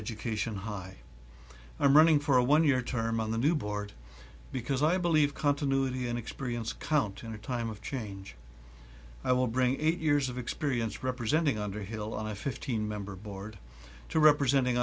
education high i'm running for a one year term on the new board because i believe continuity and experience count in a time of change i will bring eight years of experience representing underhill on a fifteen member board to representing